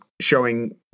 showing